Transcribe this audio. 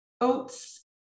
oats